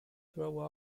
throw